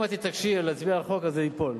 אם תתעקשי להצביע על החוק, הוא ייפול.